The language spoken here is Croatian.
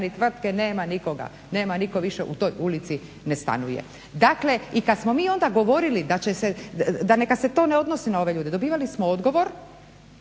ni tvrtke, nema nikoga, nema nitko više u toj ulici ne stanuje. Dakle, i kad smo mi onda govorili da će se, da neka se to ne odnosi na ove ljude dobivali smo odgovor